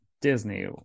disney